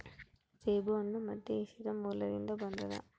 ಸೇಬುಹಣ್ಣು ಮಧ್ಯಏಷ್ಯಾ ಮೂಲದಿಂದ ಬಂದದ